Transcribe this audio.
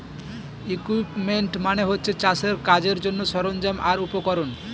equipment মানে হচ্ছে চাষের কাজের জন্যে সরঞ্জাম আর উপকরণ